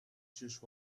just